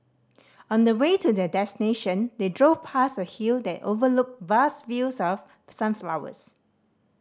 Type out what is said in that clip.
on the way to their destination they drove past a hill that overlooked vast fields of sunflowers